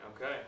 Okay